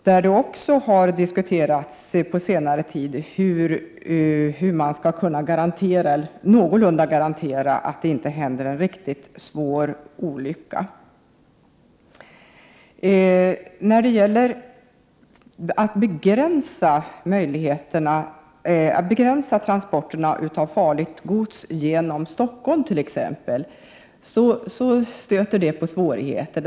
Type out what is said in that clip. På senare tid har man diskuterat hur man någorlunda skall kunna garantera att inte en riktigt svår sjötransportolycka inträffar. När man emellertid försöker begränsa transporterna av farligt gods t.ex. genom Stockholm, stöter det på svårigheter.